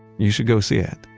you should go see it.